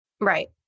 Right